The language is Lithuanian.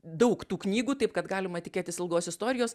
daug tų knygų taip kad galima tikėtis ilgos istorijos